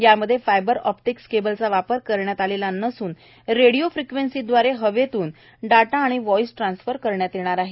यामध्ये fibre optics केबलचा वापर करण्यात आलेला नसून रेडीओ फ्रिक्वेंशीव्दारे हवेतून डाटा आणि व्हाईस ट्रासफर करण्यात येत आहे